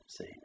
See